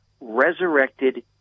resurrected